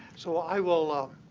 so i will um